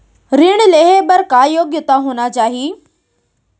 ऋण लेहे बर का योग्यता होना चाही?